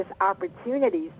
opportunities